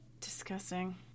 disgusting